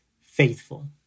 faithful